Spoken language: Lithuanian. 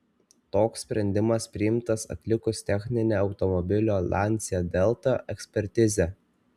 toks sprendimas priimtas atlikus techninę automobilio lancia delta ekspertizę